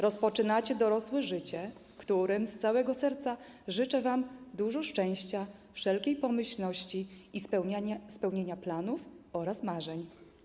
Rozpoczynacie dorosłe życie, w którym z całego serca życzę wam dużo szczęścia, wszelkiej pomyślności i spełnienia planów oraz marzeń.